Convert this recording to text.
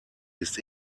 ist